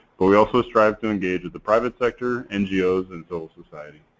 but we also strive to engage the private sector, ngos and civil society.